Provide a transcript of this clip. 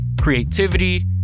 creativity